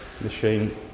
machine